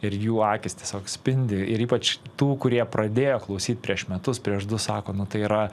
ir jų akys tiesiog spindi ir ypač tų kurie pradėjo klausyt prieš metus prieš du sako nu tai yra